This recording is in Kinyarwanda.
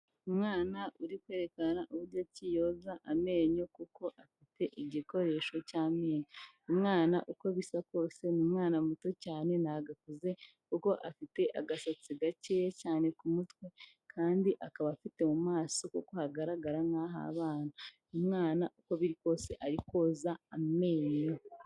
Umwana uri kwerekana uburyo ki yoza amenyo, kuko afite igikoresho cy'amenyo. Umwana uko bisa kose ni umwana muto cyane ntabwo akuze, kuko afite agasatsi gakeya cyane ku mutwe, kandi akaba afite mu maso koko hagaragara nk'ah'abana. Umwana uko biri kose ari koza amenyo.